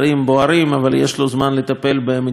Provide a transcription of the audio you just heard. אבל יש לו זמן לטפל במדינת ישראל.